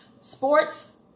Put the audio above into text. sports